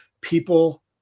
People